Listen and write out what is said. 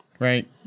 Right